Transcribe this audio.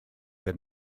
that